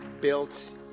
built